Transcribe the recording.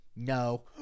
No